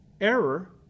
error